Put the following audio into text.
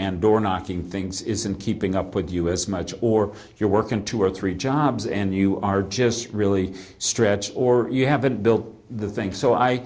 and door knocking things isn't keeping up with you as much or if you're working two or three jobs and you are just really stretch or you haven't built the thing so i